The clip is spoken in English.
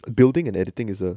building and editing is a